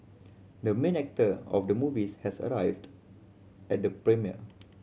the main actor of the movies has arrived at the premiere